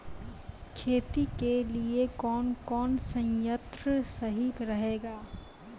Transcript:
खेती के लिए कौन कौन संयंत्र सही रहेगा?